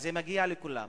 אז זה מגיע לכולם.